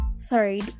Third